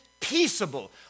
peaceable